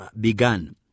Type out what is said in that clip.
begun